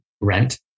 rent